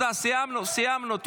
סיימנו.